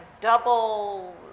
double